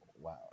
Wow